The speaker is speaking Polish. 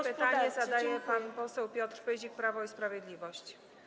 Pytanie zadaje pan poseł Piotr Pyzik, Prawo i Sprawiedliwość.